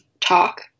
talk